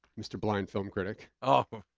mr. blind film critic, ah